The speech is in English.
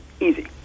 Easy